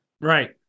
right